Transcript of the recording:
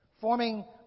forming